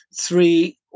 Three